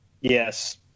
Yes